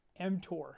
mTOR